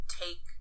take